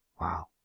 Wow